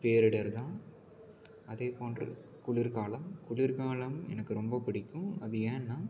பேரிடர் தான் அதே போன்று குளிர்கலாம் குளிர்காலம் எனக்கு ரொம்ப பிடிக்கும் அது ஏன்னா